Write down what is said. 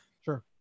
Sure